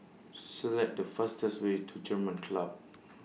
Select The fastest Way to German Club